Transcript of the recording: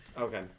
Okay